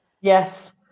Yes